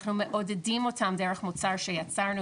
אנחנו מעודדים אותם דרך מוצר שיצרנו